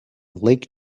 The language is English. lake